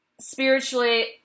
spiritually